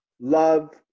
love